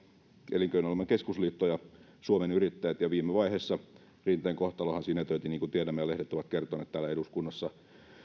elinkeinoelämän keskusliitto ja suomen yrittäjät ja viime vaiheessahan rinteen kohtalo sinetöitiin niin kuin tiedämme ja lehdet ovat kertoneet täällä eduskunnassa